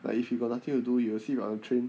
like if you got nothing to do you will sit on the train